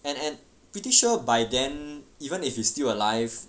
and and pretty sure by then even if you still alive